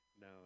No